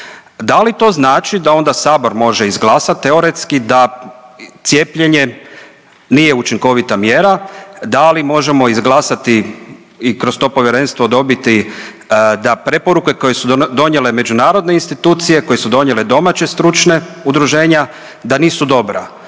Da li to znači da onda Sabora može izglasat teoretski da cijepljenje nije učinkovita mjera, da li možemo izglasati i kroz to povjerenstvo dobiti da preporuke koje su donijele međunarodne institucije, koje su donijele domaće stručna udruženja da nisu dobra?